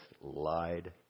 lied